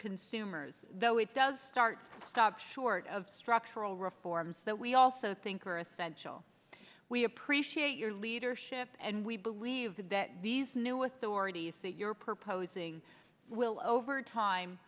consumers though it does start stop short of structural reforms that we also think are essential we appreciate your leadership and we believe that these new authorities that you're proposing will over time